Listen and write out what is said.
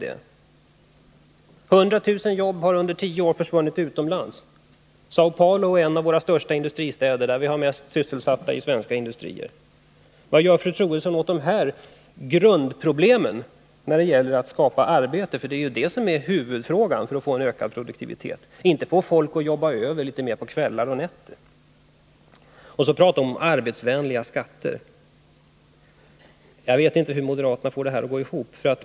100 000 jobb har under tio år försvunnit utomlands — Saö Paulo är en av våra största industristäder i den bemärkelsen att vi där har flest sysselsatta när det gäller svenska industrier utomlands. Vad vill fru Troedsson göra åt de här grundproblemen när det gäller att skapa arbete? Det är ju detta som är huvudfrågan om man vill åstadkomma en ökad produktivitet, inte att få folk att jobba över mer på kvällar och nätter. Fru Troedsson talar också om arbetsvänliga skatter. Jag förstår inte hur moderaterna får det här att gå ihop.